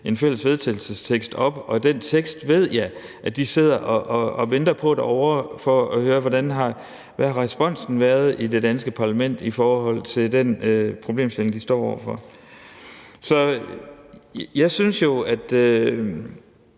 en fælles vedtagelsestekst op, og den tekst ved jeg de sidder derovre og venter på at høre. De vil høre, hvad responsen har været i det danske parlament i forhold til den problemstilling, de står over for. Jeg synes jo, at